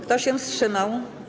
Kto się wstrzymał?